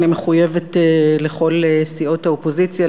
ואני מחויבת לכל סיעות האופוזיציה,